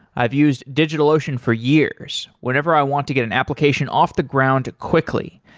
i've used digitalocean for years, whenever i want to get an application off the ground quickly.